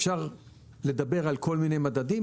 אפשר לדבר על כל מיני מדדים,